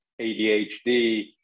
ADHD